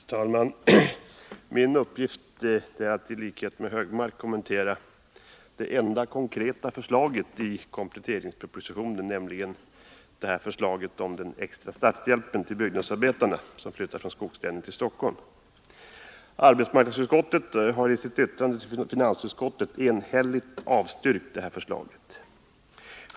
Herr talman! Min uppgift är att i likhet med Anders Högmark kommentera det enda konkreta förslaget i kompletteringspropositionen, nämligen förslaget om extra starthjälp till byggnadsarbetare som flyttar från skogslänen till Stockholm. Arbetsmarknadsutskottet har i sitt yttrande till finansutskottet enhälligt avstyrkt förslaget.